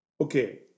Okay